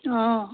অঁ